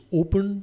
open